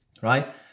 Right